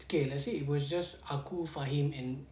okay let's say it was just aku fahim and